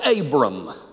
Abram